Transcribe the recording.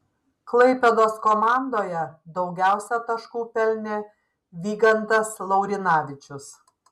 klaipėdos komandoje daugiausiai taškų pelnė vygantas laurinavičius